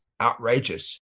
outrageous